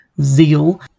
zeal